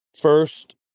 first